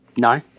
No